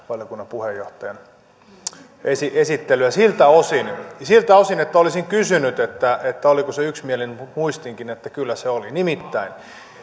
valiokunnan puheenjohtajan esittelyä siltä osin että olisin kysynyt oliko se yksimielinen mutta muistinkin että kyllä se oli nimittäin